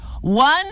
One